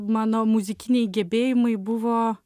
mano muzikiniai gebėjimai buvo